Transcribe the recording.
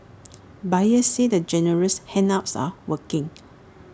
buyers say the generous handouts are working